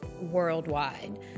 worldwide